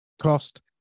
cost